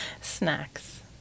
Snacks